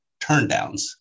turndowns